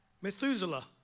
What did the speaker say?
Methuselah